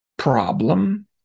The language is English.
problem